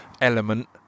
element